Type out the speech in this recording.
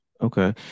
Okay